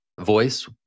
voice